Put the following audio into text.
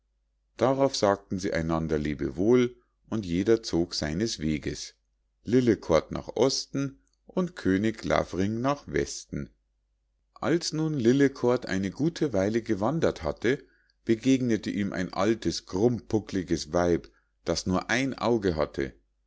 darauf sagten sie einander lebewohl und jeder zog seines weges lillekort nach osten und könig lavring nach westen als nun lillekort eine gute weile gewandert hatte begegnete ihm ein altes krummpuckliges weib das nur ein auge hatte